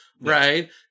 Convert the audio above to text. Right